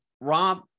Rob